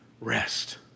Rest